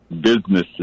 businesses